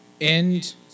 end